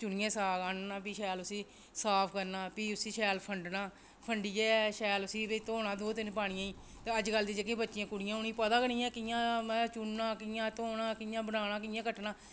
चुनियै साग आह्नना बी शैल उसी साफ करना भी उसी शैल फंड्डना फंड्डियै शैल उसी भाई धोना दो तिन्न पानियें गी ते अजकल दी जेह्ड़ी बच्चियां कुड़ियां न उ'नेंगी पता गै नेईं ऐ कि कि'यां में चुनना कि'यां धोना कि'यां बनाना ते कि'यां कट्टना